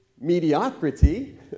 mediocrity